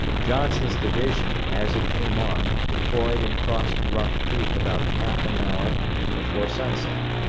johnson's division, as it came on, deployed and crossed rock creek about half and hour before sunset.